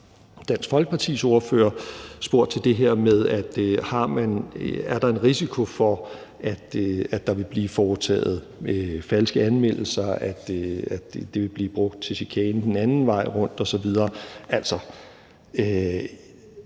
Dansk Folkepartis ordfører spurgt til det her med, om der er en risiko for, at der vil blive foretaget falske anmeldelser, altså at det vil blive brugt til chikane den anden vej rundt osv.